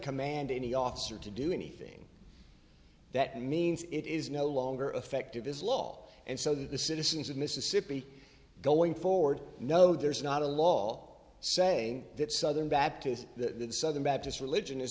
command any officer to do anything that means it is no longer effect of this law and so the citizens of mississippi going forward no there's not a law saying that southern baptists the southern baptist religion is